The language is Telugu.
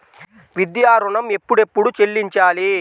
విద్యా ఋణం ఎప్పుడెప్పుడు చెల్లించాలి?